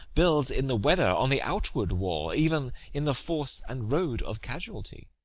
builds in the weather on the outward wall, even in the force and road of casualty.